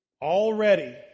already